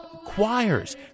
choirs